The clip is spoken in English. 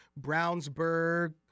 Brownsburg